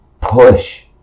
push